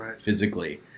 physically